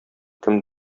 кем